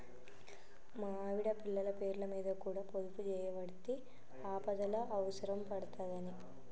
మా ఆవిడ, పిల్లల పేర్లమీద కూడ పొదుపుజేయవడ్తి, ఆపదల అవుసరం పడ్తదని